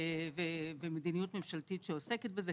ומדיניות ממשלתית שעוסקת בזה,